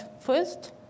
first